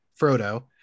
frodo